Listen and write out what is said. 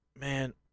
man